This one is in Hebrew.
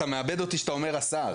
אתה מאבד אותי כשאתה אומר "השר",